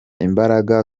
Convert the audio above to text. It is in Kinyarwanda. imbaraga